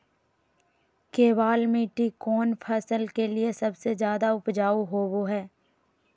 केबाल मिट्टी कौन फसल के लिए सबसे ज्यादा उपजाऊ होबो हय?